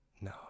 no